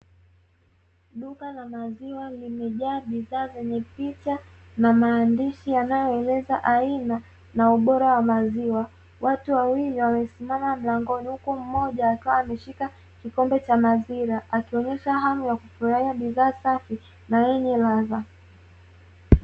Duka la maziwa limejaa bidhaa zenye picha na maandishi yanayoeleza aina na ubora wa maziwa. Watu wawili wamesimama mlangoni huku mmoja akiwa ameshika kikombe cha maziwa, akionyesha hali ya kufurahia bidhaa safi na yenye ladha.